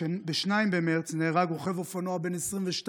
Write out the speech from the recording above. ב-2 במרץ נהרג רוכב אופנוע בן 22,